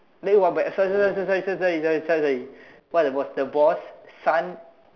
like !wah! but sorry sorry sorry sorry sorry sorry what the boss the boss son